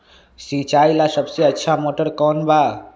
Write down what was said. सिंचाई ला सबसे अच्छा मोटर कौन बा?